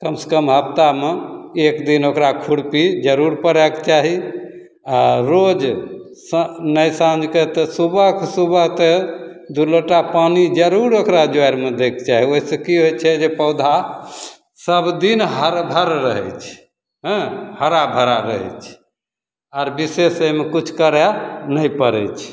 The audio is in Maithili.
कमसँ कम हफ्तामे एक दिन ओकरा खुरपी जरूर पड़ैक चाही आ रोज समय साँझ कऽ तऽ सुबह कऽ सुबह तऽ दू लोटा पानी जरूर ओकरा जड़िमे दै कऽ चाही ओहिसँ की होइ छै जे पौधा सभदिन हरा भरा रहै छै हँ हरा भरा रहै छै आर बिशेष एहिमे किछु करै नहि पड़ै छै